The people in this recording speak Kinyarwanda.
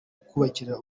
kubakira